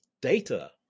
data